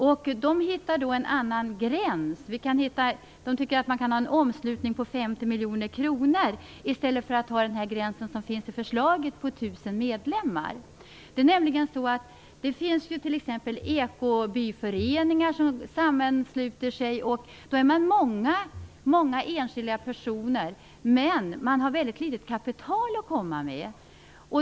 Man föreslår därför en annan gräns för balansomslutning på 50 miljoner kronor i stället för gränsen i förslaget på 1 000 medlemmar. Det finns ju t.ex. ekobyföreningar som sammansluter sig. Det är många enskilda personer, men de har väldigt litet kapital att komma med.